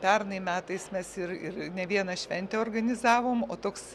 pernai metais mes ir ir ne vieną šventę organizavom o toks